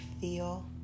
feel